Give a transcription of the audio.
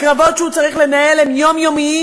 הקרבות שהוא צריך לנהל הם יומיומיים,